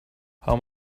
how